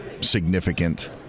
significant